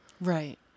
Right